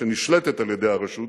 שנשלטת על-ידי הרשות,